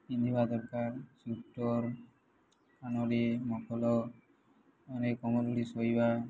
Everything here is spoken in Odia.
ପିନ୍ଧିବା ଦରକାର ସ୍ଵିଟର୍ ଅନେକ କମ୍ବଳ ଶୋଇବା